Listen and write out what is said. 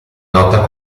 nota